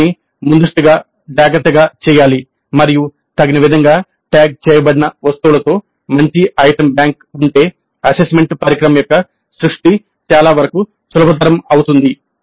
ఇవన్నీ ముందస్తుగా జాగ్రత్తగా చేయాలి మరియు తగిన విధంగా ట్యాగ్ చేయబడిన వస్తువులతో మంచి ఐటెమ్ బ్యాంక్ ఉంటే అసెస్మెంట్ పరికరం యొక్క సృష్టి చాలా వరకు సులభతరం అవుతుంది